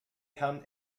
herrn